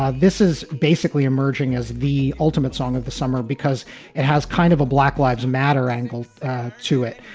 ah this is basically emerging as the ultimate song of the summer because it has kind of a black lives matter angle to it.